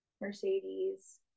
Mercedes